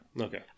Okay